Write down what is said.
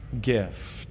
gift